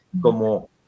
como